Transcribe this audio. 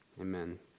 amen